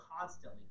constantly